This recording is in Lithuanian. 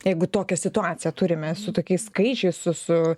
jeigu tokią situaciją turime su tokiais skaičiais su su